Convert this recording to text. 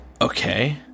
Okay